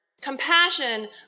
Compassion